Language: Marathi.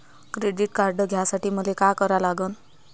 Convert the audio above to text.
क्रेडिट कार्ड घ्यासाठी मले का करा लागन?